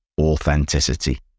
authenticity